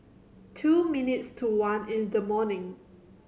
two minutes to one in the morning